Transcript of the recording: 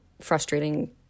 frustrating